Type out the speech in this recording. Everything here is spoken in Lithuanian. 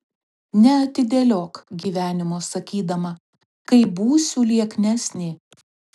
neatidėliok gyvenimo sakydama kai būsiu lieknesnė